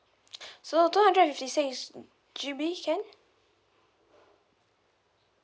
so two hundred and fifty six G_B can